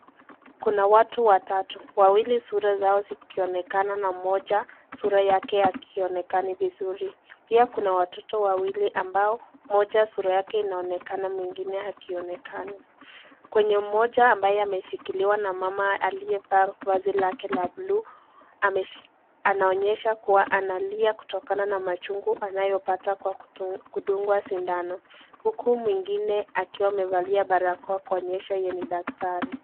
Kuna watu watatu, wawili sura zao zikionekana na moja, sura yake hakionekani vizuri. Pia kuna watoto wawili ambao, moja sura yake inaonekana mwingine hakionekana. Mtoto mmoja ambaye ameshikiliwa na mama aliyevalia vazi lake la buluu, anaonyesha kuwa analia kutokana na machungu anayopata kwa kudungwa sindano. Huku mwingine akiwa amevalia barakoa kuonyesha yeye ni daktari.